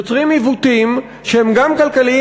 יוצרים עיוותים שהם גם כלכליים,